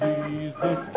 Jesus